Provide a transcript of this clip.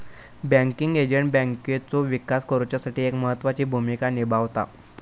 banking agent बँकेचो विकास करुच्यासाठी एक महत्त्वाची भूमिका निभावता